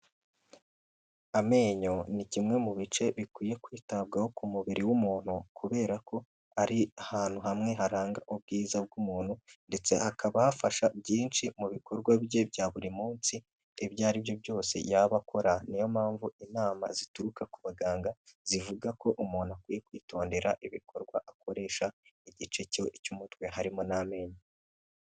Amenyo ni kimwe mu bice bikwiye kwitabwaho ku mubiri w'umuntu kubera ko ari ahantu hamwe haranga ubwiza bw'umuntu ndetse hakaba hafasha byinshi mu bikorwa bye bya buri munsi ibyo aribyo byose yaba akora. Ni yo mpamvu inama zituruka ku baganga zivuga ko umuntu akwiye kwitondera ibikorwa akoresha igice cy'umutwe harimo n'amenyo.